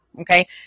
Okay